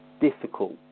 difficult